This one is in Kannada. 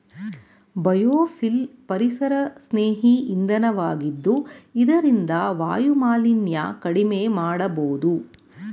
ಬಯೋಫಿಲ್ ಪರಿಸರಸ್ನೇಹಿ ಇಂಧನ ವಾಗಿದ್ದು ಇದರಿಂದ ವಾಯುಮಾಲಿನ್ಯ ಕಡಿಮೆ ಮಾಡಬೋದು